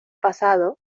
pasado